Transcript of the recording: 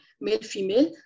male-female